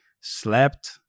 slept